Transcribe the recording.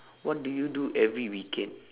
what do you do every weekend